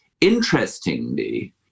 interestingly